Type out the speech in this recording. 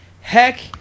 Heck